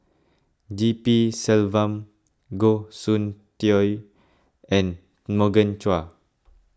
G P Selvam Goh Soon Tioe and Morgan Chua